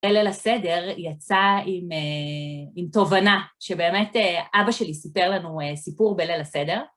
בליל הסדר, יצא עם תובנה, שבאמת אבא שלי סיפר לנו סיפור בליל הסדר.